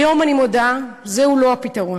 היום אני מודה: זה לא הפתרון,